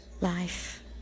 life